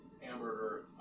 Hamburger